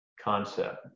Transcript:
concept